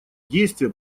действия